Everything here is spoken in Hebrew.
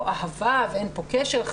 אין בזה כדי להגיד שאין פה אהבה ואין פה קשר,